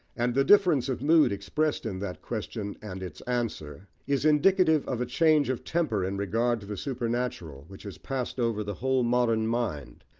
and the difference of mood expressed in that question and its answer, is indicative of a change of temper in regard to the supernatural which has passed over the whole modern mind,